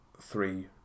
three